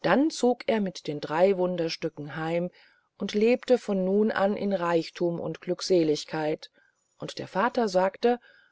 dann zog er mit den drei wunderstücken heim und sie lebten von nun an in reichthum und glückseeligkeit und der vater sagte